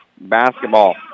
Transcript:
basketball